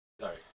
Sorry